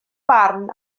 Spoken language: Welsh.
barn